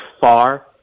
far